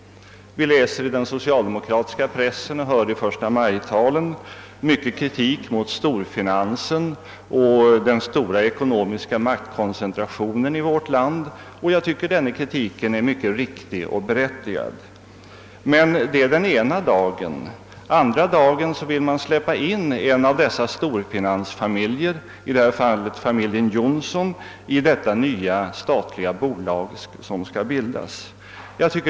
Vi läser i den socialdemokratiska pressen och hörde i förstamajtalen mycken kritik mot storfinansen och den ekonomiska maktkoncentrationen i vårt land. Jag tycker att denna kritik är mycket riktig och berättigad. Så säger man den ena dagen. Men den andra dagen vill man släppa in en av dessa storfinansfamiljer — i detta fall familjen Johnson — i det nya statliga bolag som skall bildas.